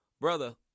brother